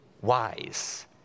wise